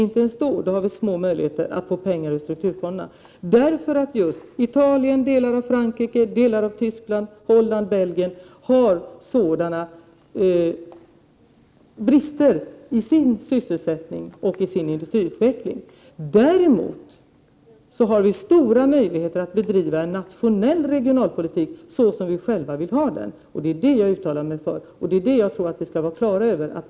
Skälet till detta är att delar av Italien, Frankrike, Västtyskland, Holland och Belgien har stora brister i sin sysselsättning och i sin industriutveckling. Däremot har vi goda möjligheter att bedriva en nationell regionalpolitik så som vi själva vill ha den. Det är det som jag vill uttala mig för.